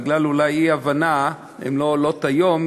אולי בגלל אי-הבנה הן לא עולות היום,